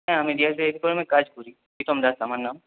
হ্যাঁ আমি রিয়া টেলিকমে কাজ করি প্রীতম দাশ আমার নাম